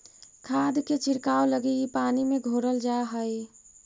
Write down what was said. खाद के छिड़काव लगी इ पानी में घोरल जा हई